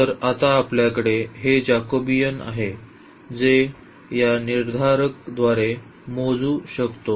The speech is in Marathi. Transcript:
तर आता आपल्याकडे हे जेकबियन आहे जे या निर्धारकाद्वारे मोजू शकतो